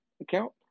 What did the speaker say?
account